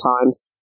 times